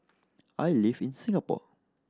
I live in Singapore